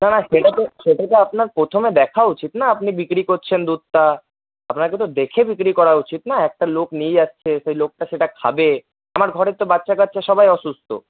নানা সেটাতো সেটাতো আপনার প্রথমে দেখা উচিৎ না আপনি বিক্রি করছেন দুধটা আপনাকে তো দেখে বিক্রি করা উচিৎ না একটা লোক নিয়ে যাচ্ছে সেই লোকটা সেটা খাবে আমার ঘরের তো বাচ্চা কাচ্চা সবাই অসুস্থ